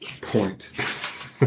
point